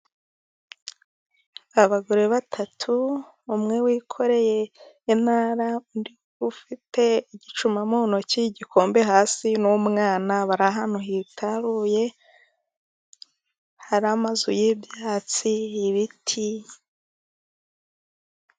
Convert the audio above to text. Abagore batatu umwe wikoreye intara, ufite igicuma mu ntoki, igikombe hasi n'umwana. Bari ahantu hitaruye hari amazu y'ibyatsi y'ibiti.